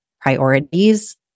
priorities